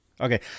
Okay